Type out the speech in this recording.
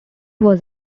was